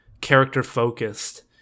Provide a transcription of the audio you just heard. character-focused